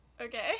Okay